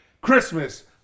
Christmas